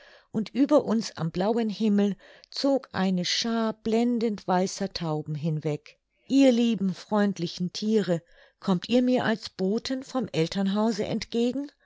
und über uns am blauen himmel zog eine schaar blendend weißer tauben hinweg ihr lieben freundlichen thiere kommt ihr mir als boten vom elternhause entgegen